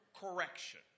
correction